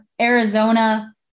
Arizona